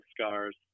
scars